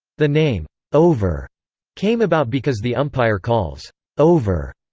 the name over came about because the umpire calls over!